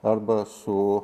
arba su